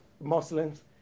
Muslims